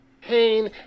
Pain